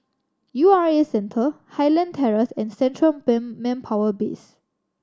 U R A Centre Highland Terrace and Central Ban Manpower Base